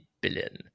billion